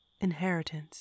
Inheritance